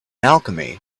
alchemy